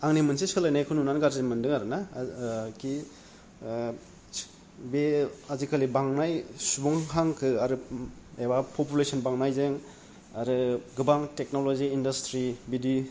आंनि मोनसे सोलायनायखौ नुनानै गारजि मोनदों आरोना खि बे आजिखालि बांनाय सुबुं हांखो आरो एबा पपुलेसन बांनायजों आरो गोबां टेकन'लजि इन्दास्थ्रि बिदि